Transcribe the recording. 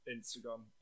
Instagram